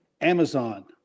Amazon